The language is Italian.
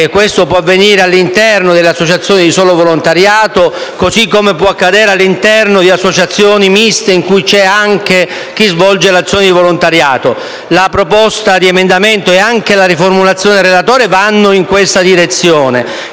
questo può avvenire nell'ambito di associazioni di solo volontariato, come all'interno di associazioni miste in cui c'è anche chi svolge l'azione di volontariato. La proposta di emendamento e anche la riformulazione del relatore vanno in questa direzione.